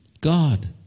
God